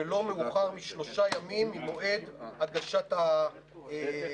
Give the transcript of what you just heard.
ולא מאוחר משלושה ימים ממועד הגשת הבקשה.